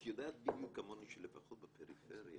את יודעת בדיוק כמוני שלפחות בפריפריה,